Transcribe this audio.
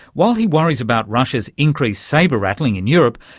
while he worries about russia's increased sabre rattling in europe,